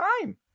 time